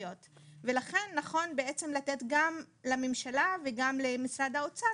לכן נכון בעצם לתת גם לממשלה וגם למשרד האוצר